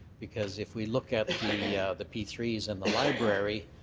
because if we look at the p three s and the library,